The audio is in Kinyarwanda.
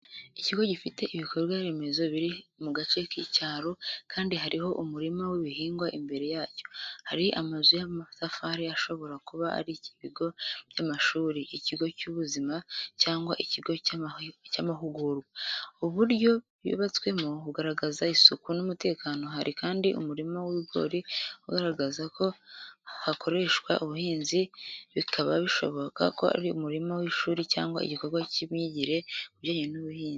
Ikigo gifite ibikorwa remezo biri mu gace k'icyaro, kandi hariho umurima w’ibihingwa imbere yacyo. Hari amazu y’amatafari ashobora kuba ari ibigo by’amashuri, ikigo cy’ubuzima cyangwa ikigo cy’amahugurwa, uburyo yubatswemo bugaragaza isuku n'umutekano. Hari kandi umurima w'ibigori ugaragaza ko hakoreshwa ubuhinzi bikaba bishoboka ko ari umurima w’ishuri cyangwa igikorwa cy’imyigire ku bijyanye n’ubuhinzi.